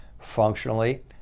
Functionally